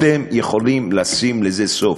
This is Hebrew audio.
אתם יכולים לשים לזה סוף.